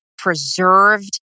Preserved